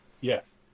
Yes